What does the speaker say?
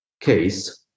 case